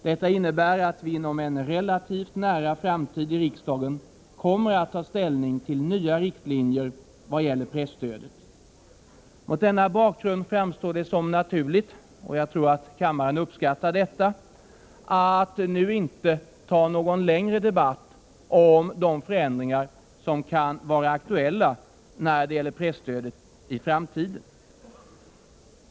Detta innebär att vi inom en relativt nära framtid i riksdagen kommer att ta ställning till nya riktlinjer för presstödet. Mot denna bakgrund framstår det som naturligt — och jag tror att kammaren uppskattar detta — att nu inte ta upp någon längre debatt om de förändringar som kan vara aktuella när det gäller presstödet i framtiden.